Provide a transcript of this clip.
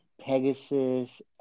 Pegasus